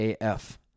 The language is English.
af